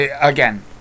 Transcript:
again